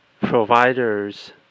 providers